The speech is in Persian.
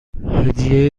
هدیه